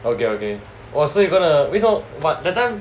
okay okay oh so you gonna 为什么 um but that time